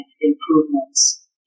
improvements